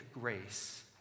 grace